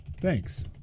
Thanks